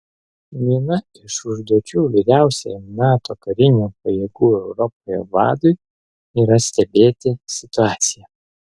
viena iš užduočių vyriausiajam nato karinių pajėgų europoje vadui yra stebėti situaciją